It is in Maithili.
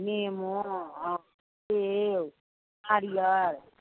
नेमो सेब नारिअर